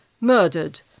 murdered